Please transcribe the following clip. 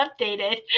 updated